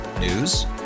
News